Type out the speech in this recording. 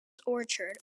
orchard